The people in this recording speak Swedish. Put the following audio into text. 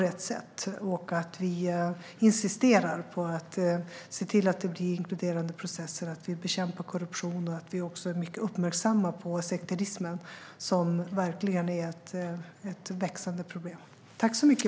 Vi ska insistera på inkluderande processer, bekämpa korruption och vara uppmärksamma på sekterismen - som verkligen är ett växande problem. Tack för debatten!